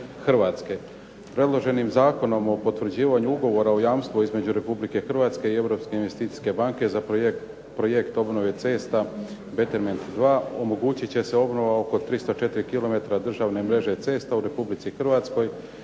Hrvatske. Predloženim Zakonom o potvrđivanju Ugovora o jamstvu između Republike Hrvatske i Europske investicijske banke za Projekt obnove cesta "Betterment II" omogućit će se obnova oko 304 km državne mreže cesta u Republici Hrvatskoj